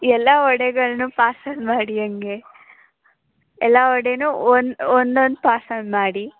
ಎಲ್ಲ ವಡೆಗಳನ್ನೂ ಪಾರ್ಸೆಲ್ ಮಾಡಿ ಹಂಗೇ ಎಲ್ಲ ವಡೆನೂ ಒಂದು ಒಂದೊಂದು ಪಾರ್ಸೆಲ್ ಮಾಡಿ